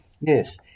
Yes